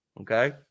okay